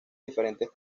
diferentes